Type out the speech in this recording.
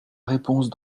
réponse